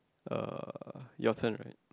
uh your turn right